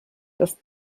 das